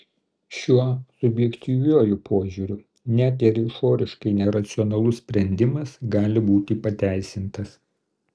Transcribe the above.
šiuo subjektyviuoju požiūriu net ir išoriškai neracionalus sprendimas gali būti pateisintas